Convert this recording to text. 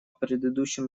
предыдущем